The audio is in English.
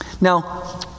Now